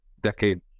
decade